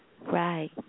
Right